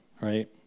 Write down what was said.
right